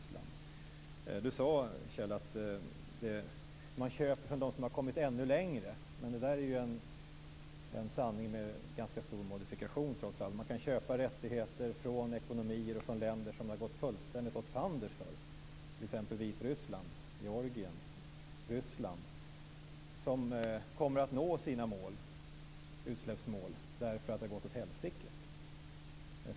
Kjell Larsson sade att man köper från dem som har kommit ännu längre. Det är en sanning med ganska stor modifikation, trots allt. Man kan köpa rättigheter från ekonomier och från länder som det har gått fullständigt åt fanders för, t.ex. Vitryssland, Georgien och Ryssland. De kommer att nå sina utsläppsmål därför att det har gått åt helsike.